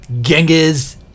Genghis